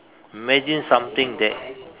imagine something that